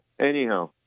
Anyhow